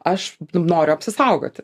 aš noriu apsisaugoti